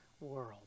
world